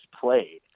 played